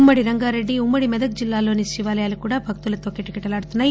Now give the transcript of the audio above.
ఉమ్మడి రంగారెడ్డి ఉమ్మడి మెదక్ జిల్లాల్లోని శివాలయాలు భక్తులతో కిటకిటలాడుతున్నాయి